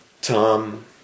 Tom